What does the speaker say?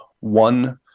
one